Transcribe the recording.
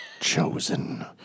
Chosen